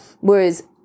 Whereas